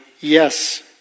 yes